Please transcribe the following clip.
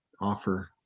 offer